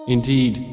Indeed